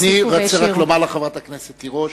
אני רק רוצה לומר לך, חברת הכנסת תירוש,